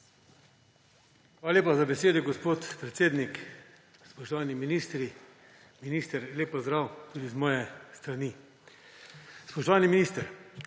Hvala lepa za besedo, gospod predsednik. Spoštovani ministri! Minister, lep pozdrav tudi z moje strani. Spoštovani minister,